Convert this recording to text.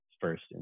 first